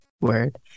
Word